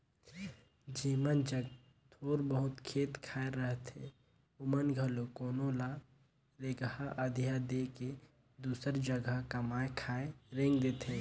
जेमन जग थोर बहुत खेत खाएर रहथे ओमन घलो कोनो ल रेगहा अधिया दे के दूसर जगहा कमाए खाए रेंग देथे